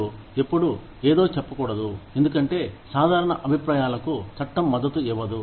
మీరు ఎప్పుడూ ఏదో చెప్పకూడదు ఎందుకంటే సాధారణ అభిప్రాయాలకు చట్టం మద్దతు ఇవ్వదు